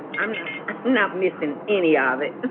i'm not missing any of it.